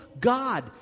God